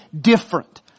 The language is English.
different